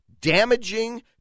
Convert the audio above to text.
Damaging